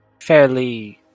fairly